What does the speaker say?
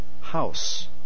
house